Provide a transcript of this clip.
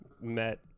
met